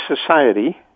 Society